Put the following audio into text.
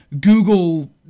Google